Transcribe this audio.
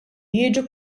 jiġu